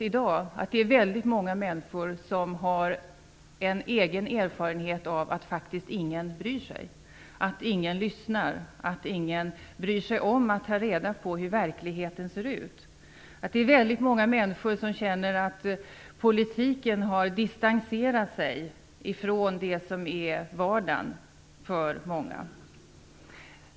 I dag har väldigt många människor egen erfarenhet av att ingen faktiskt bryr sig, att ingen lyssnar och att ingen bryr sig om att ta reda på hur verkligheten ser ut. Det är väldigt många människor som känner att politiken har distanserat sig från det som är vardagen för många.